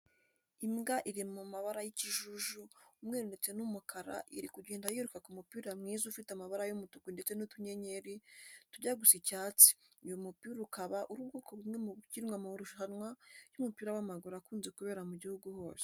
Imbwa iri mu mabara y'ikijuju, umweru ndetse n'umukara iri kugenda yiruka ku mupira mwiza ufite amabara y'umutuku ndetse n'utunyenyeri tujya gusa icyatsi, uyu mupira ukaba ari ubwoko bumwe mu bukinwa mu marushanwa y'umupira w'amaguru akunze kubera mu gihugu hose.